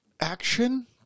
Action